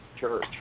church